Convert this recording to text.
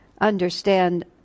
understand